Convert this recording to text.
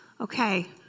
Okay